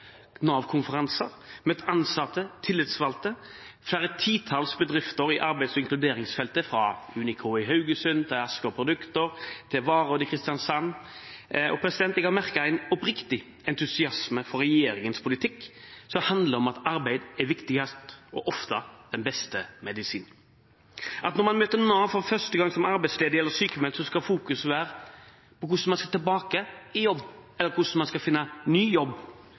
har møtt ansatte, tillitsvalgte og flere titalls bedrifter på arbeids- og inkluderingsfeltet – fra Unico i Haugesund og Asker Produkt til Varodd i Kristiansand. Jeg har merket en oppriktig entusiasme for regjeringens politikk, som handler om at arbeid er viktigst – og ofte den beste medisin – at når man møter Nav for første gang som arbeidsledig eller sykmeldt, skal fokuset være på hvordan man skal tilbake i jobb, eller hvordan man skal finne ny jobb,